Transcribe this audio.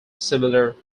similar